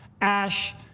Ash